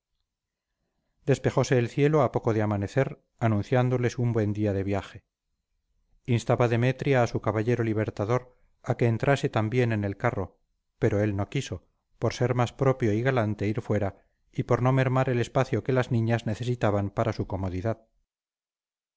remedio despejose el cielo a poco de amanecer anunciándoles un buen día de viaje instaba demetria a su caballero libertador a que entrase también en el carro pero él no quiso por ser más propio y galante ir fuera y por no mermar el espacio que las niñas necesitaban para su comodidad